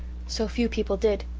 so few people did.